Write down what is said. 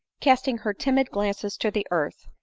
casting her timid glances to the earth,